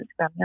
Instagram